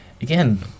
again